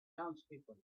townspeople